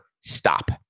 stop